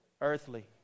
Earthly